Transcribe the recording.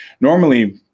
normally